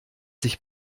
sich